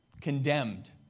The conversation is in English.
condemned